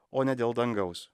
o ne dėl dangaus